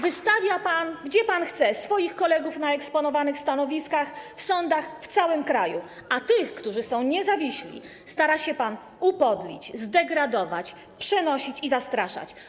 Wystawia pan, gdzie pan chce, swoich kolegów na eksponowanych stanowiskach w sądach w całym kraju, a tych, którzy są niezawiśli, stara się pan upodlić, zdegradować, przenosić i zastraszać.